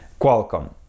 Qualcomm